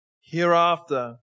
hereafter